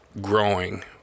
growing